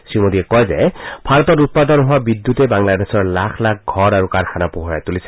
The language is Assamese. শ্ৰীমোদীয়ে কয় যে ভাৰতত উৎপাদন হোৱা বিদ্যুতে বাংলাদেশৰ লাখ লাখ ঘৰ আৰু কাৰখানা পোহৰাই তুলিছে